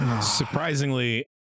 Surprisingly